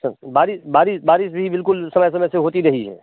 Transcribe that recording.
बारिश बारिश बारिश भी बिल्कुल समय समय से होती रही है